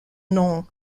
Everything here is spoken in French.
nom